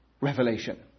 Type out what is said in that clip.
revelation